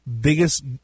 biggest